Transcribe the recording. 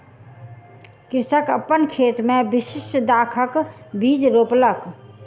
कृषक अपन खेत मे विशिष्ठ दाखक बीज रोपलक